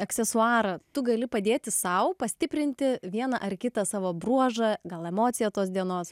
aksesuarą tu gali padėti sau pastiprinti vieną ar kitą savo bruožą gal emociją tos dienos